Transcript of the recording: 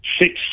six